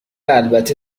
البته